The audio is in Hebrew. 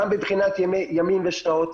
גם מבחינת ימים ושעות,